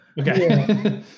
Okay